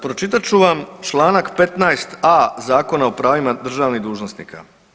Pročitat ću vam Članak 15a. Zakona o pravima državnih dužnosnika.